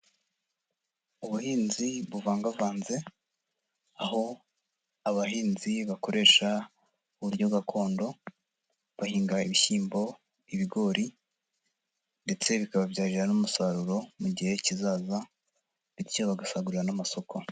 Ubuhinzi buvangavanze, aho abahinzi bakoresha uburyo gakondo, bahinga ibishyimbo, ibigori, ndetse bikababyarira n'umusaruro mu gihe kizaza, bityo bagasagurira n'amasoko.